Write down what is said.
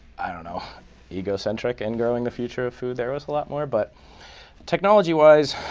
i don't know egocentric in growing the future of food. there was a lot more. but technology-wise,